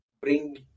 bring